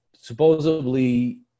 supposedly